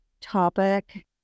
topic